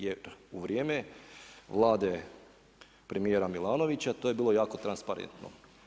Jer u vrijeme Vlade premijera Milanovića to je bilo jako transparentno.